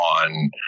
on